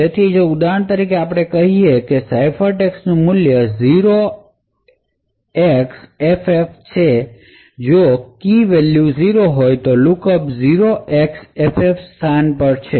તેથી ઉદાહરણ તરીકે જો આપણે કહીએ કે સાઇફરટેક્સ્ટ નું મૂલ્ય 0xFF છે જો કી વેલ્યુ 0 હોય તો લુકઅપ 0xFF સ્થાન પર છે